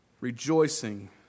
rejoicing